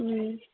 ம்